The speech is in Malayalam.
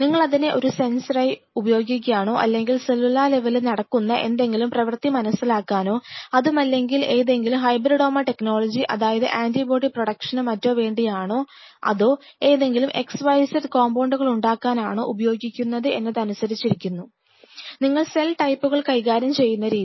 നിങ്ങളതിനെ ഒരു സെൻസർ ആയി ഉപയോഗിക്കാനാണോ അല്ലെങ്കിൽ സെല്ലുലാർ ലെവലിൽ നടക്കുന്ന എന്തെങ്കിലും പ്രവർത്തി മനസ്സിലാക്കാനാണോ അതുമല്ലെങ്കിൽ ഏതെങ്കിലും ഹൈബ്രിഡോമ ടെക്നോളജി അതായത് ആൻറിബോഡി പ്രൊഡക്ഷനോ മറ്റോ വേണ്ടി ആണോ അതോ ഏതെങ്കിലും xyz കോമ്പൌണ്ടുകൾ ഉണ്ടാക്കാനാണോ ഉപയോഗിക്കുന്നത് എന്നതനുസരിച്ചിരിക്കുന്നു നിങ്ങൾ സെൽ ടൈപ്പുകൾ കൈകാര്യം ചെയ്യുന്ന രീതി